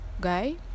guy